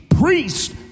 priest